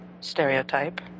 Stereotype